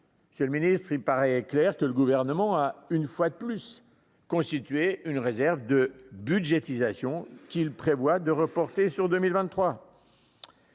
c'est le ministre, il paraît clair que le gouvernement a une fois de plus constituer une réserve de budgétisation qu'il prévoit de reporter sur 2023.